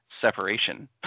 separation